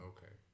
Okay